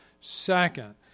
second